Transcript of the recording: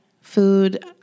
food